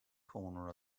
corner